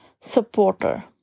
supporter